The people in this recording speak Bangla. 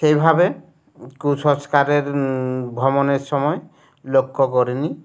সেইভাবে কুসংস্কারের ভ্রমণের সময় লক্ষ্য করিনি